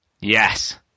Yes